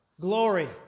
Glory